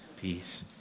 peace